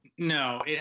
No